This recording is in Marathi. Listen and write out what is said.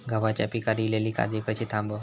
गव्हाच्या पिकार इलीली काजळी कशी थांबव?